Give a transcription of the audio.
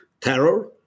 terror